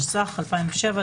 התשס"ח 2007,